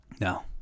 No